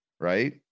right